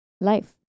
life